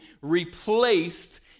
replaced